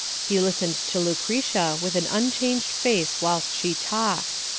he listened to lucretia with an unchanged face whilst she talked.